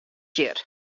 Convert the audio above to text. hjir